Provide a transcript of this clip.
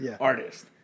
artist